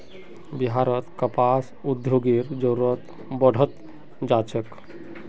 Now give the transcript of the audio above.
बिहारत कपास उद्योगेर जरूरत बढ़ त जा छेक